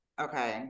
okay